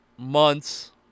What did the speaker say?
months